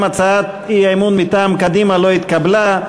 גם הצעת האי-אמון מטעם קדימה לא התקבלה.